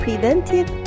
Preventive